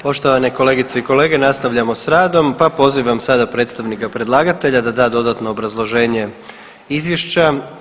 Poštovane kolegice i kolege nastavljamo s radom pa pozivam sada predstavnika predlagatelja da da dodatno obrazloženje izvješća.